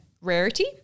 rarity